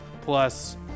plus –